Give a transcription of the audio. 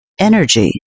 Energy